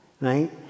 right